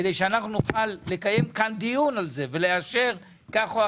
כדי שנוכל לקיים דיון ולאשר את זה.